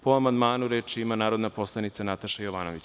Po amandmanu, reč ima narodna poslanica Nataša Jovanović.